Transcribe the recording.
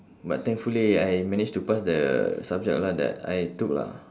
but thankfully I manage to pass the subject lah that I took lah